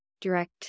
direct